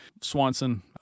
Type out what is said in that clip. Swanson